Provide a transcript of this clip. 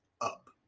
up